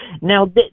now